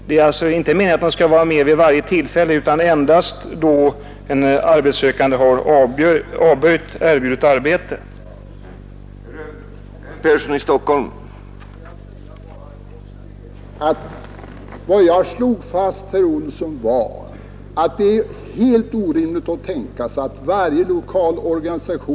Det är alltså inte meningen att man skall vara med vid Fredagen den varje tillfälle utan endast då en arbetssökande har avböjt erbjudet arbete. 24 mars 1972